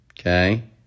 Okay